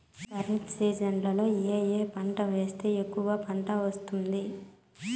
ఖరీఫ్ సీజన్లలో ఏ ఏ పంటలు వేస్తే ఎక్కువగా పంట వస్తుంది?